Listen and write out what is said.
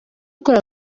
ukora